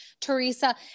Teresa